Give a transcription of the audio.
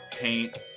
paint